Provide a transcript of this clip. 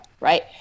right